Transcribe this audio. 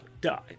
die